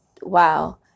wow